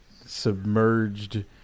submerged